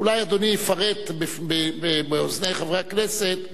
אולי אדוני יפרט באוזני חברי הכנסת מדוע,